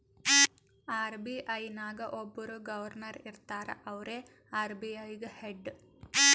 RBI ನಾಗ್ ಒಬ್ಬುರ್ governor ಇರ್ತಾರ ಅವ್ರೇ ಆರ್.ಬಿ.ಐ ಗ ಹೆಡ್